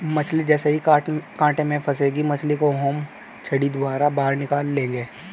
मछली जैसे ही कांटे में फंसेगी मछली को हम छड़ी द्वारा बाहर निकाल लेंगे